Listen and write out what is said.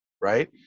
right